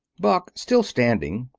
buck, still standing,